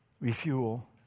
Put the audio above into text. refuel